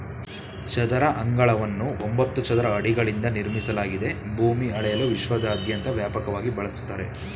ಚದರ ಅಂಗಳವನ್ನು ಒಂಬತ್ತು ಚದರ ಅಡಿಗಳಿಂದ ನಿರ್ಮಿಸಲಾಗಿದೆ ಭೂಮಿ ಅಳೆಯಲು ವಿಶ್ವದಾದ್ಯಂತ ವ್ಯಾಪಕವಾಗಿ ಬಳಸ್ತರೆ